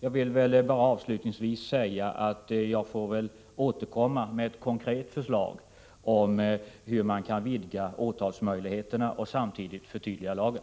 Avslutningsvis vill jag bara säga att jag får återkomma med ett konkret förslag om hur man kan vidga åtalsmöjligheterna och samtidigt förtydliga lagen.